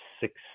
six